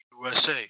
USA